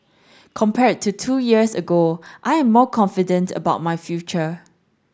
compared to two years ago I am more confident about my future